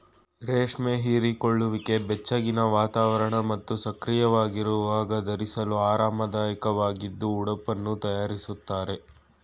ರೇಷ್ಮೆ ಹೀರಿಕೊಳ್ಳುವಿಕೆ ಬೆಚ್ಚಗಿನ ವಾತಾವರಣ ಮತ್ತು ಸಕ್ರಿಯವಾಗಿರುವಾಗ ಧರಿಸಲು ಆರಾಮದಾಯಕವಾಗಿದ್ದು ಉಡುಪನ್ನು ತಯಾರಿಸ್ತಾರೆ